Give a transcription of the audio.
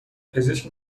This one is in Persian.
پزشک